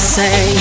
say